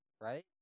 right